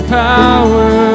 power